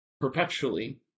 perpetually